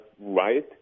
right